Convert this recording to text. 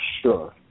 sure